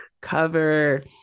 cover